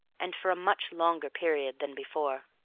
and for a much longer period than before.